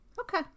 Okay